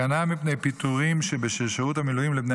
הגנה מפני פיטורים בשל שירות המילואים לבני